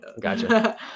Gotcha